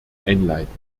einleiten